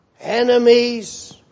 enemies